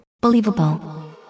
believable